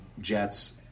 jets